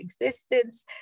existence